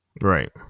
Right